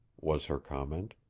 was her comment.